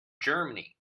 germany